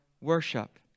worship